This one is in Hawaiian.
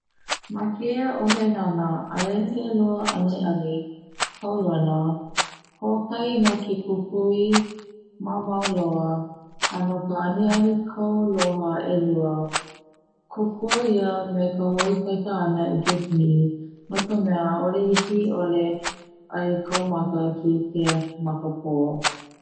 Ma keia 'ohenana aia he 'elua aniani kaulona, ho'okahi no ke kukui mamau loa, a no ka aniani kauloha 'elua kokua ia me ka ho'oikaika ana i ke ki'i no la mea 'a'ole hiki 'ole ai kau maka ke 'ike ma ka po.